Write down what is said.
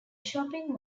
shopping